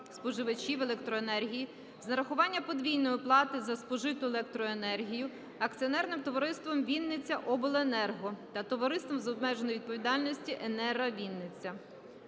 споживачів електроенергії з нарахування подвійної оплати за спожиту електроенергію Акціонерним товариством "Вінницяобленерго" та Товариством з обмеженою відповідальністю "Енера Вінниця".